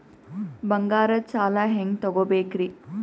ಬಂಗಾರದ್ ಸಾಲ ಹೆಂಗ್ ತಗೊಬೇಕ್ರಿ?